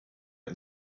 and